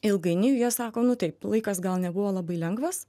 ilgainiui jie sako nu taip laikas gal nebuvo labai lengvas